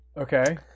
Okay